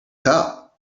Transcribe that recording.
cup